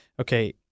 okay